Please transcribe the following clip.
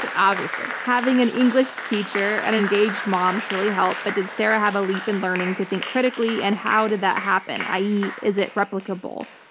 obviously. having an english teacher, an engaged mom surely helped, but did sarah have a leap in learning to think critically, and how did that happen? i. e, is it replicable?